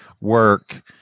work